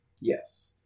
Yes